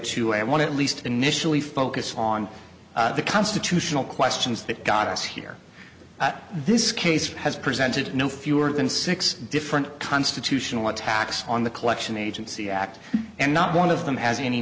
wanted at least initially focus on the constitutional questions that got us here at this case has presented no fewer than six different constitutional attacks on the collection agency act and not one of them has any